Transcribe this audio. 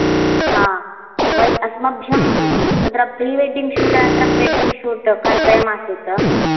हा व अस्मभ्यं तत्र प्रिवेंडींग् शूट् अनन्तरं वेंडिंग् शूट् कर्तव्यं आसीत्